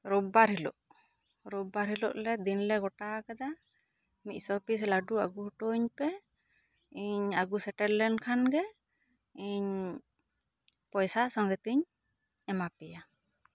rubber ᱦᱤᱞᱚᱜ rubber ᱦᱤᱞᱚᱜ ᱞᱮ ᱫᱤᱱ ᱞᱮ ᱜᱚᱴᱟ ᱟᱠᱟᱫᱟ ᱢᱤᱫ ᱥᱚ ᱯᱤᱥ ᱟ ᱜᱩ ᱚᱴᱚ ᱟᱹᱧ ᱯᱮ ᱤᱧ ᱟᱹᱜᱩ ᱥᱮᱴᱮᱨ ᱞᱮᱱ ᱠᱷᱟᱱ ᱜᱮ ᱤᱧ ᱯᱚᱭᱥᱟ ᱥᱚᱝᱜᱮ ᱛᱤᱧ ᱮᱢᱟ ᱯᱮᱭᱟ